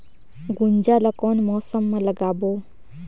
गुनजा ला कोन मौसम मा लगाबो?